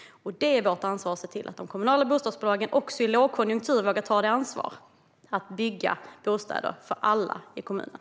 Det är vårt ansvar att se till att de kommunala bostadsbolagen också i lågkonjunktur vågar ta ansvaret att bygga bostäder för alla i kommunen.